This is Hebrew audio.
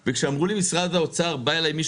כי אם אני יכול לרדת מ-100